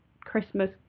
Christmas